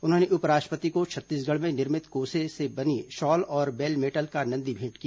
उन्होंने उपराष्ट्रपति को छत्तीसगढ़ में निर्मित कोसे से बनी शॉल और बेलमेटल का नंदी भेंट किया